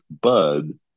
bud